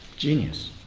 genius.